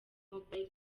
mobile